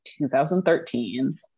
2013